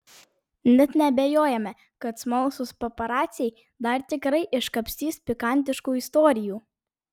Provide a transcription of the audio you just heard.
net neabejojame kad smalsūs paparaciai dar tikrai iškapstys pikantiškų istorijų